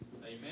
Amen